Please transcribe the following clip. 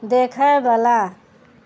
देखएवला